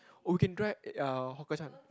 oh we can try oh Hawker Chan